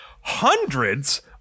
hundreds